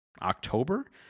October